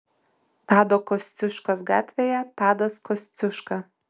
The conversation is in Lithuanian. tado kosciuškos gatvėje tadas kosciuška